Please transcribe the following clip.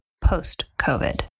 post-COVID